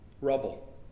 rubble